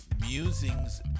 Musings